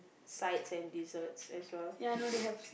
sides and desserts as well